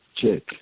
check